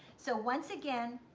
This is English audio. so once again,